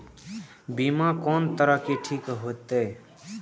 बीमा कोन तरह के ठीक होते?